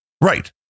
Right